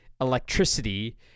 electricity